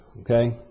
Okay